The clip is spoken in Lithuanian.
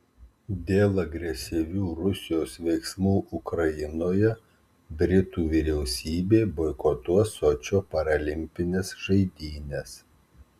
dėl agresyvių rusijos veiksmų ukrainoje britų vyriausybė boikotuos sočio paralimpines žaidynes